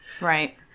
Right